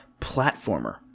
platformer